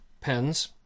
Pens